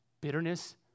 Bitterness